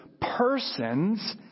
persons